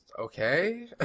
okay